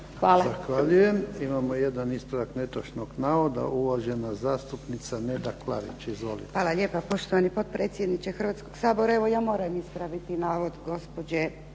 (HDZ)** Zahvaljujem. Imamo jedan ispravak netočnog navoda, uvažena zastupnica Neda Klarić. Izvolite. **Klarić, Nedjeljka (HDZ)** Hvala lijepa poštovani potpredsjedniče Hrvatskog sabora. Evo ja moram ispraviti navod gospođe